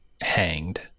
hanged